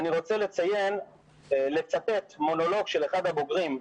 אני רוצה לצטט מונולוג של אחד הבוגרים.